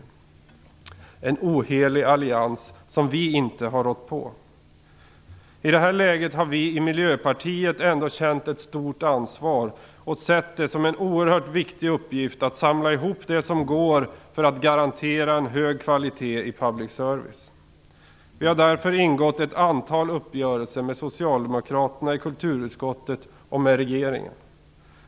Detta är en ohelig allians, som vi inte har rått på. I det här läget har vi i Miljöpartiet ändå känt ett stort ansvar och sett det som en oerhört viktig uppgift att samla ihop det som går för att garantera en hög kvalitet på public service i radio och TV. Vi har därför träffat ett antal uppgörelser med socialdemokraterna i kulturutskottet och med regeringen.